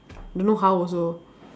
don't know how also